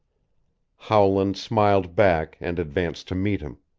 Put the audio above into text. howland smiled back, and advanced to meet him.